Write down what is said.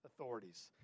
authorities